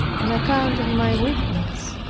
on account of my weakness.